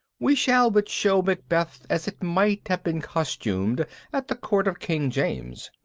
we shall but show macbeth as it might have been costumed at the court of king james.